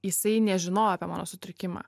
jisai nežinojo apie mano sutrikimą